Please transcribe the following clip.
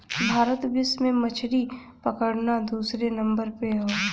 भारत विश्व में मछरी पकड़ना दूसरे नंबर पे हौ